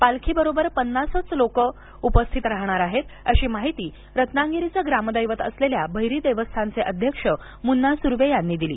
पालखीबरोबर पन्नास लोकंच उपस्थित राहणार आहेत अशी माहिती रत्नागिरीच ग्रामदैवत असलेल्या भैरी देवस्थानचे अध्यक्ष मुन्ना सुर्वे यांनी दिली